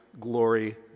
glory